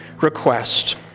request